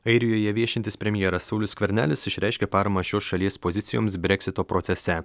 airijoje viešintis premjeras saulius skvernelis išreiškė paramą šios šalies pozicijoms breksito procese